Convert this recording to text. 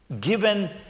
given